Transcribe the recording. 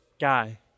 guy